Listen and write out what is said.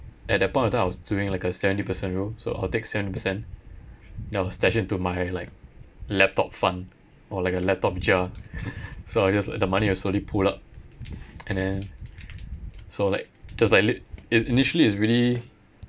at that point of time I was doing like a seventy percent rule so I'll take seventy percent then I'll stash it to my like my laptop fund or like a laptop jar so I'll just like the money will slowly pool up and then so like just like li~ initially s really